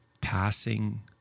passing